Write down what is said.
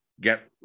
get